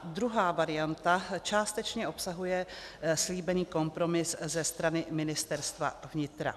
Druhá varianta částečně obsahuje slíbený kompromis ze strany Ministerstva vnitra.